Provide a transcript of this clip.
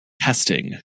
testing